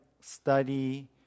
study